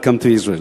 Welcome to Israel.